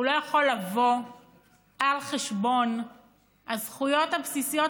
לא יכול לבוא על חשבון הזכויות הבסיסיות,